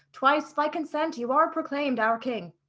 twice by consent you are proclaimed our king.